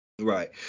Right